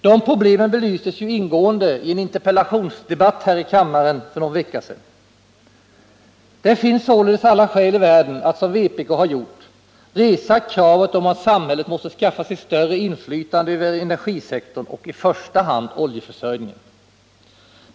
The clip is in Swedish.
De problemen belystes ju ingående i en interpellationsdebatt här i kammaren för någon vecka sedan. Det finns således alla skäl i världen att, som vpk har gjort, resa kravet på att samhället måste skaffa sig större inflstande över energisektorn och i första hand över oljeförsörjningen.